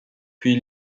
puis